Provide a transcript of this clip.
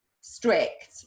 strict